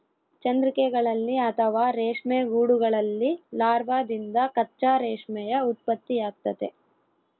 ಚಂದ್ರಿಕೆಗಳಲ್ಲಿ ಅಥವಾ ರೇಷ್ಮೆ ಗೂಡುಗಳಲ್ಲಿ ಲಾರ್ವಾದಿಂದ ಕಚ್ಚಾ ರೇಷ್ಮೆಯ ಉತ್ಪತ್ತಿಯಾಗ್ತತೆ